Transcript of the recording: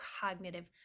cognitive